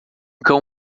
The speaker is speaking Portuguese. cão